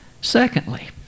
Secondly